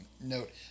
note